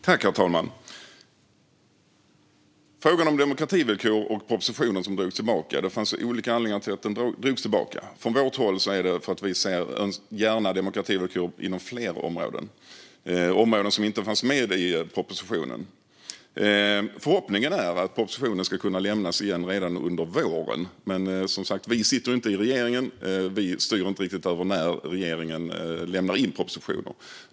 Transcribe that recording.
Herr talman! När det gäller demokrativillkor och propositionen som drogs tillbaka vill jag säga att det fanns olika anledningar till att den drogs tillbaka. För vår del handlar det om att vi gärna vill se demokrativillkor inom fler områden, områden som inte fanns med i propositionen. Förhoppningen är att propositionen ska kunna läggas fram igen redan under våren, men vi sitter som sagt inte i regeringen och styr inte över när regeringen lägger fram propositioner.